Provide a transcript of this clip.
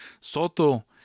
Soto